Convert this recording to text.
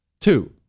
Two